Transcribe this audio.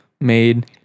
made